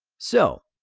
so,